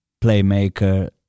playmaker